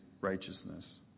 righteousness